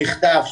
מכתב,